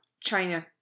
china